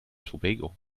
tobago